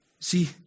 See